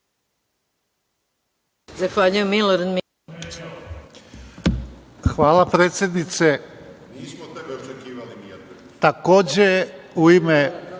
Hvala, predsednice.U